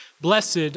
Blessed